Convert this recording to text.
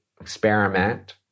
experiment